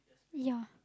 ya